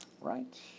Right